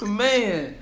man